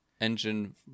engine